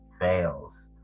fails